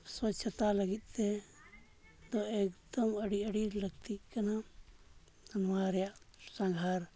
ᱥᱚᱪᱪᱷᱚᱛᱟ ᱞᱟᱹᱜᱤᱫ ᱛᱮᱫᱚ ᱮᱠᱫᱚᱢ ᱟᱹᱰᱤ ᱟᱹᱰᱤ ᱞᱟᱹᱠᱛᱤᱜ ᱠᱟᱱᱟ ᱱᱚᱣᱟ ᱨᱮᱭᱟᱜ ᱥᱟᱸᱜᱷᱟᱨ